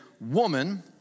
woman